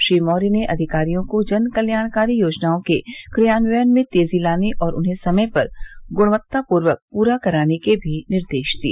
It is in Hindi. श्री मौर्य ने अधिकारियों को जनकत्याणकारी योजनाओं के क्रियान्वयन में तेजी लाने और उन्हें समय पर गुणवत्तापूर्वक पूरा कराने के भी निर्देश दिए